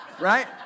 right